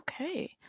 Okay